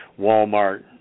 Walmart